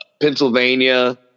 Pennsylvania